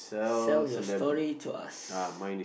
sell your story to us